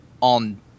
on